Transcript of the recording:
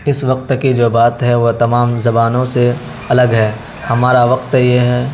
اس وقت کی جو بات ہے وہ تمام زبانوں سے الگ ہے ہمارا وقت یہ ہے